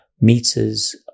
meters